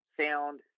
sound